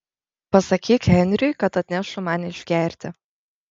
pasakyk henriui kad atneštų man išgerti